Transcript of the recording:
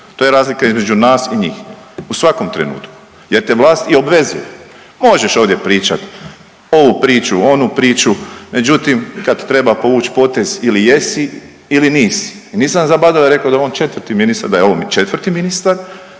To je razlika između nas i njih. U svakom trenutku jer te vlast i obvezuje. Možeš ovdje pričati ovu priču, onu priču, međutim, kad treba povući potez ili jesi ili nisi i nisam zabava rekao da je on 4. ministar,